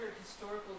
historical